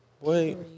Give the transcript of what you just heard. Wait